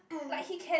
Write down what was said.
like he can